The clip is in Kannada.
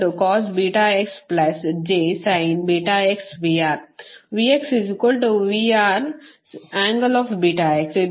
ಇದು ಸಮೀಕರಣ 75 ಆಗಿದೆ